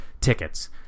tickets